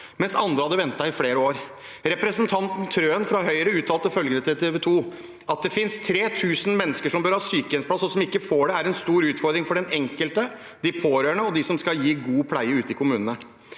mens andre hadde ventet i flere år. Representanten Trøen fra Høyre uttalte følgende til TV 2: At det finnes 3 000 mennesker som bør ha sykehjemsplass og ikke får det, er en stor utfordring for den enkelte, de pårørende og de som skal gi god pleie ute i kommunene.